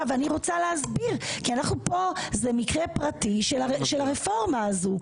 אני רוצה להסביר כי זה מקרה פרטי של הרפורמה הזאת.